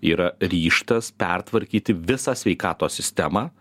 yra ryžtas pertvarkyti visą sveikatos sistemą